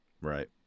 Right